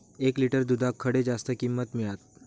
एक लिटर दूधाक खडे जास्त किंमत मिळात?